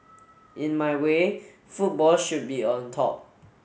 in my way football should be on top